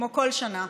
כמו כל שנה,